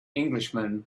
englishman